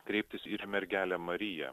kreiptis ir į mergelę mariją